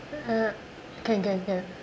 uh can can can